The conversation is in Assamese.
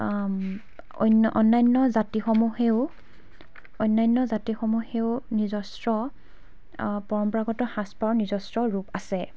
অন্য অন্যান্য জাতিসমূহেও অন্যান্য জাতিসমূহেও নিজস্ব পৰম্পৰাগত সাজ পাৰো নিজস্ব ৰূপ আছে